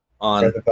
on